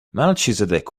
melchizedek